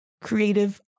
creative